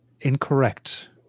Incorrect